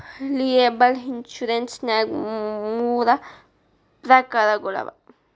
liable insurance ನ್ಯಾಗ್ ಮೂರ ಪ್ರಕಾರಗಳವ